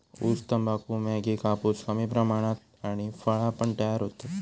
ऊस, तंबाखू, मॅगी, कापूस कमी प्रमाणात आणि फळा पण तयार होतत